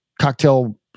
cocktail